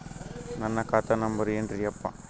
ನನ್ನ ಖಾತಾ ನಂಬರ್ ಏನ್ರೀ ಯಪ್ಪಾ?